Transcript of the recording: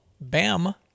Bam